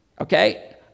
Okay